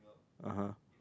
(uh huh)